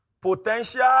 Potential